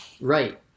Right